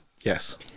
Yes